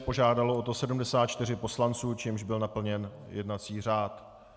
Požádalo o to 74 poslanců, čímž byl naplněn jednací řád.